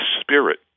spirit